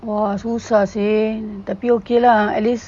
!wah! susah seh tapi okay lah at least